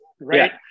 Right